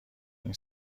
این